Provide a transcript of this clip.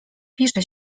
pisze